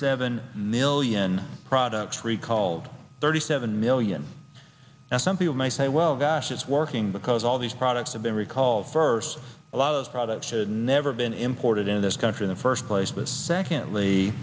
seven million products recalled thirty seven million and some people may say well gosh it's working because all these products have been recalled first a lot of products had never been imported in this country the first place but secondly